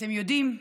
אתם יודעים,